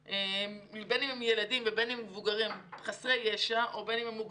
בין אם הם ילדים ובין אם הם מבוגרים או מוגבלים,